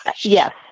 Yes